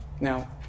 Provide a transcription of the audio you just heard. now